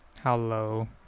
hello